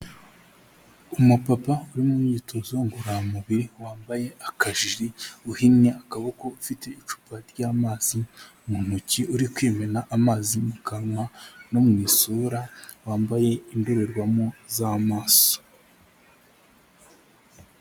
Umupapa uri mu myitozo ngororamubiri, wambaye akajiri, uhinnye akaboko, ufite icupa ry'amazi mu ntoki uri kwimena amazi mu kawa no mu isura wambaye indorerwamo z'amaso.